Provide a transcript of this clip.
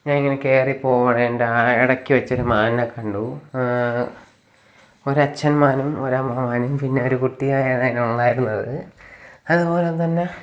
ഞാനിങ്ങനെ കയറി പോവേണ്ടാ ഇടയ്ക്ക് വെച് മാനിനെ കണ്ടു ഒരച്ഛന് മാനും ഒരമ്മമാനും പിന്നൊരു കുട്ടിമാനുമായിരുന്നു അതിലുണ്ടായിരുന്നത് അത്പോലെ തന്നെ